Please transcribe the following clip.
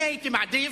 אני הייתי מעדיף,